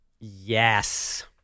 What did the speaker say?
Yes